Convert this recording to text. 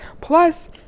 Plus